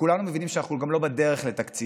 וכולנו מבינים שאנחנו גם לא בדרך לתקציב.